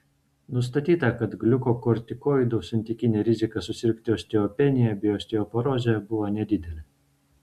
nustatyta kad gliukokortikoidų santykinė rizika susirgti osteopenija bei osteoporoze buvo nedidelė